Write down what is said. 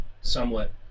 somewhat